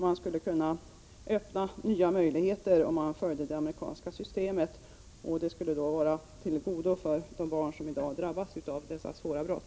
Man skulle kunna öppna nya möjligheter om man följde det amerikanska systemet, och det skulle vara till godo för de barn som drabbas av dessa svåra brott.